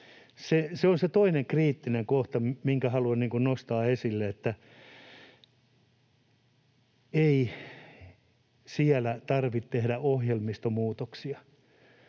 Se on toinen kriittinen kohta, minkä haluan nostaa esille, että ei siellä tarvitse tehdä ohjelmistomuutoksia.